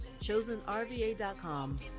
chosenrva.com